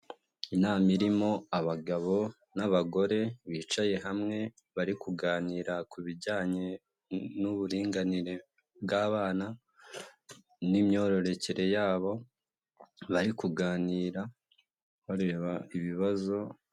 Inama irimo abagabo n'abagore, bicaye hamwe bari kuganira ku bijyanye n'uburinganire bw'abana n'imyororokere yabo, bari kuganira bareba ibibazo,